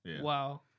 Wow